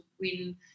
win